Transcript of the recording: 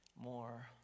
more